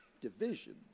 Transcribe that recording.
division